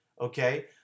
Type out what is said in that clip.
okay